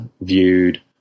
viewed